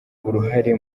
uruhare